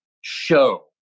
show